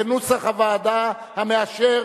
כנוסח הוועדה, המאשר